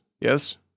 yes